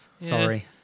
Sorry